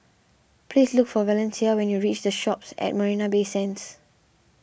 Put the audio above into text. please look for Valencia when you reach the Shoppes at Marina Bay Sands